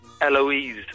Eloise